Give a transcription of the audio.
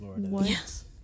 Yes